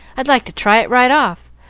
i'd like to try it right off,